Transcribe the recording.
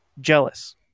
Jealous